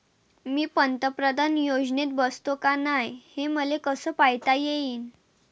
मी पंतप्रधान योजनेत बसतो का नाय, हे मले कस पायता येईन?